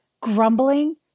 grumbling